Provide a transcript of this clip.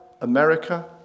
America